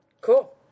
Cool